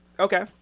Okay